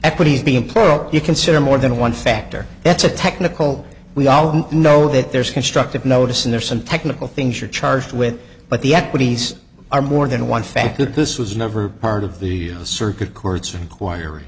equities being pulled you consider more than one factor that's a technical we all know that there's constructive notice and there's some technical things you're charged with but the equities are more than one factor this was never part of the circuit courts or inquir